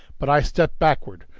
but i stepped backward,